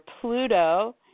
Pluto